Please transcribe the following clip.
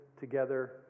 together